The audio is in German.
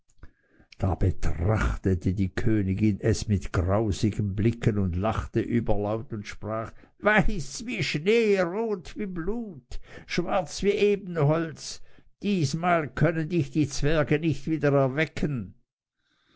da betrachtete es die königin mit grausigen blicken und lachte überlaut und sprach weiß wie schnee rot wie blut schwarz wie ebenholz diesmal können dich die zwerge nicht wieder erwecken